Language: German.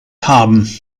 haben